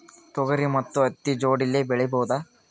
ತೊಗರಿ ಮತ್ತು ಹತ್ತಿ ಜೋಡಿಲೇ ಬೆಳೆಯಬಹುದಾ?